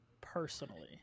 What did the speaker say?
personally